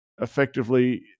effectively